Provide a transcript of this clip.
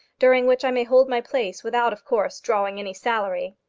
during which i may hold my place, without, of course, drawing any salary.